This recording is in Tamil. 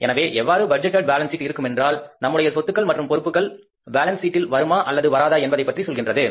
எனவே எவ்வாறு பட்ஜெட்டேட் பேலன்ஸ் சீட் இருக்குமென்றால் நம்முடைய சொத்துக்கள் மற்றும் பொறுப்புக்கள் பேலன்ஸ் சீட்டில் வருமா அல்லது வராதா என்பதைப்பற்றி சொல்கின்றது